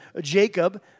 Jacob